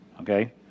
okay